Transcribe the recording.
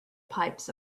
pipes